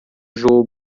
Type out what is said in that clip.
jogo